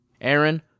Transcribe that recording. Aaron